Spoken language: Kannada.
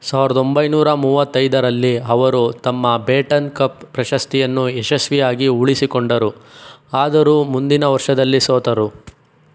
ಸಾವಿರ್ದ ಒಂಬೈನೂರ ಮೂವತ್ತೈದರಲ್ಲಿ ಅವರು ತಮ್ಮ ಬೇಟನ್ ಕಪ್ ಪ್ರಶಸ್ತಿಯನ್ನು ಯಶಸ್ವಿಯಾಗಿ ಉಳಿಸಿಕೊಂಡರು ಆದರೂ ಮುಂದಿನ ವರ್ಷದಲ್ಲಿ ಸೋತರು